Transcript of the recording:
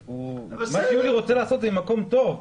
מה שיולי אדלשטיין רוצה לעשות הוא ממקום טוב.